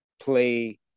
play